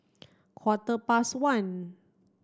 quarter past one